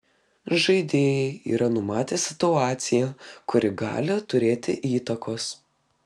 žaidėjai yra numatę situaciją kuri gali turėti įtakos